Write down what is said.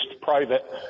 private